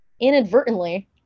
inadvertently